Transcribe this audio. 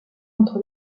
entre